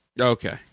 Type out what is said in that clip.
Okay